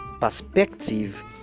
perspective